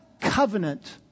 covenant